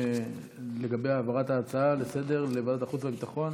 לגבי העברת ההצעה לסדר-היום לוועדת החוץ והביטחון?